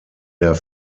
der